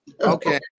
Okay